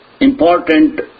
important